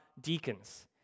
deacons